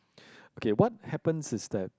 okay what happens is that